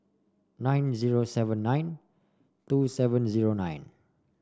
nine zero seven nine two seven zero nine